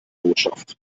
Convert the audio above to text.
botschaft